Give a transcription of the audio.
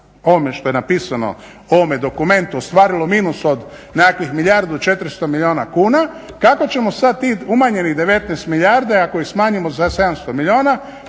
ovome što je napisano, ovome dokumentu ostvarilo minus od nekakvih milijardu, 400 milijuna kuna kako ćemo sad tih umanjenih 19 milijardi ako ih smanjimo za 700 milijuna,